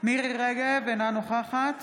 מירי מרים רגב, אינה נוכחת